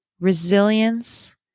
resilience